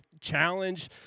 challenge